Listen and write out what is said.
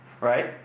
right